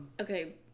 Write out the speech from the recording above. Okay